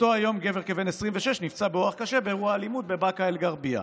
באותו היום גבר כבן 26 נפצע קשה באירוע אלימות בבאקה אל-גרבייה,